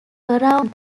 around